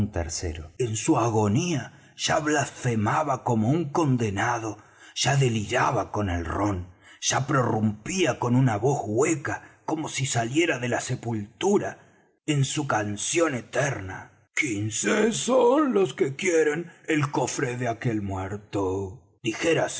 tercero en su agonía ya blasfemaba como un condenado ya deliraba con el rom ya prorrumpía con una voz hueca como si saliera de la sepultura en su canción eterna son quince los que quieren el cofre de aquel muerto dijérase